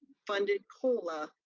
funded cola,